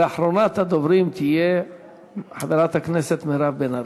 ואחרונת הדוברים תהיה חברת הכנסת מירב בן ארי.